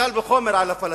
קל וחומר על הפלסטינים.